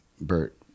Bert